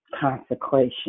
consecration